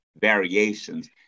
variations